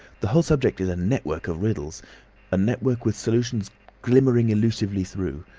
the whole subject is a network of riddles a network with solutions glimmering elusively through.